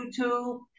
YouTube